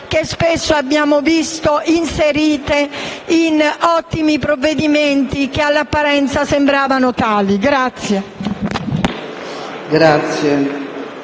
che spesso abbiamo visti inseriti in ottimi provvedimenti che solo all'apparenza sembravano tali.